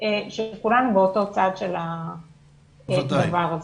שכולנו באותו צד של הדבר הזה.